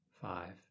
five